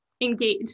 engage